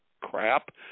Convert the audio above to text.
crap